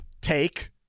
take